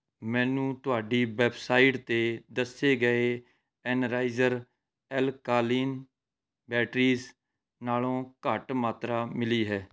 ਮੈਨੂੰ ਤੁਹਾਡੀ ਵੈਬਸਾਈਟ 'ਤੇ ਦੱਸੇ ਗਏ ਐਨਰਜਾਇਜ਼ਰ ਐਲਕਾਲਾਈਨ ਬੈਟਰੀਜ਼ ਨਾਲੋਂ ਘੱਟ ਮਾਤਰਾ ਮਿਲੀ ਹੈ